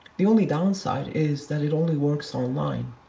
the only downside is that it only works online,